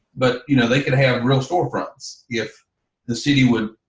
but, you know they could have real storefronts if the city would,